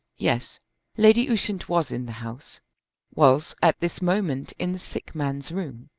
yes lady ushant was in the house was at this moment in the sick man's room.